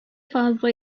fazla